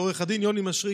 לעו"ד יוני משריקי,